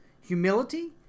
humility